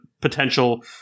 potential